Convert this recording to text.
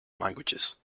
languages